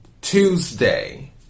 Tuesday